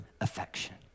affection